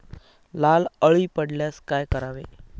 लाल अळी पडल्यास काय करावे?